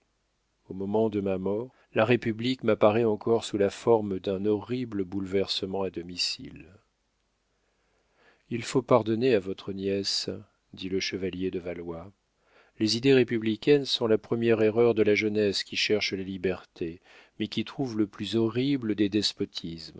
au moment de ma mort la république m'apparaît encore sous la forme d'un horrible bouleversement à domicile il faut pardonner à votre nièce dit le chevalier de valois les idées républicaines sont la première erreur de la jeunesse qui cherche la liberté mais qui trouve le plus horrible des despotismes